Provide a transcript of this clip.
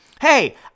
hey